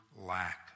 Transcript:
lack